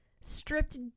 stripped